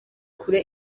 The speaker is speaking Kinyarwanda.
kure